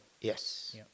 Yes